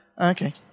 Okay